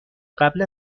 قبل